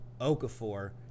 Okafor